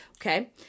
Okay